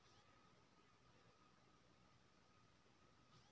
नाटा मधुमाछी सबसँ बेसी पोसल जाइ छै